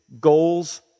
goals